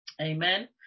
amen